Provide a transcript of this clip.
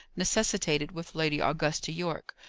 necessitated, with lady augusta yorke,